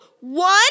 one